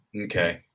Okay